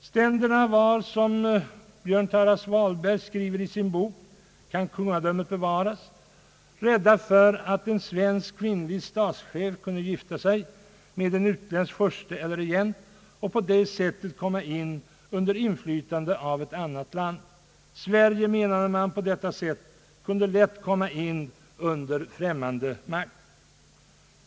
Ständerna var, som Björn Tarras Wahlberg skriver i sin bok »Kan kungadömet bevaras», rädda för att en svensk kvinnlig statschef kunde gifta sig med en utländsk furste eller regent och på det sättet komma under inflytande av ett annat land. Sverige, menade man, kunde på detta sätt lätt komma under främmande makt.